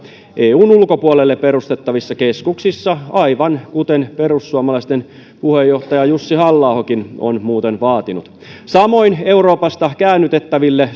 eun ulkopuolelle perustettavissa keskuksissa aivan kuten perussuomalaisten puheenjohtaja jussi halla ahokin on muuten vaatinut samoin euroopasta käännytettäville